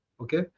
okay